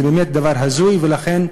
זה באמת דבר הזוי, ולכן,